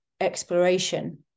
exploration